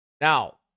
Now